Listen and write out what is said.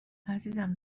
عزیزم